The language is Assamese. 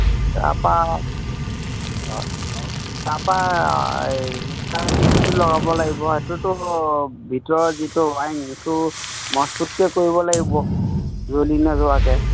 তাৰপৰা অঁ তাৰপৰা এই হিটাৰ এ চিটো লগাব লাগিব সেইটোতো ভিতৰৰ যিটো ৱাইৰিং সেইটো মজবুতকৈ কৰিব লাগিব জ্বলি নোযোৱাকৈ